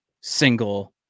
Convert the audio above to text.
single